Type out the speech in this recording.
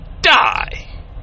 die